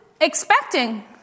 expecting